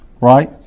Right